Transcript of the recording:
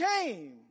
came